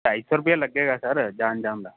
ਢਾਈ ਸੌ ਰੁਪਈਆ ਲੱਗੇਗਾ ਸਰ ਜਾਣ ਜਾਣ ਦਾ